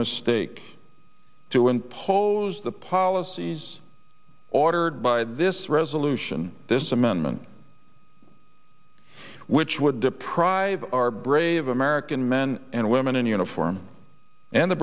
mistake to impose the policies ordered by this resolution this amendment which would deprive our brave american men and women in uniform and the